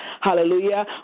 Hallelujah